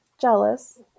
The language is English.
jealous